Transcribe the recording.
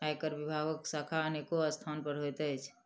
आयकर विभागक शाखा अनेको स्थान पर होइत अछि